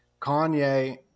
Kanye